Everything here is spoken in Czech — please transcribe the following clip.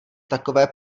takové